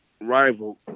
rival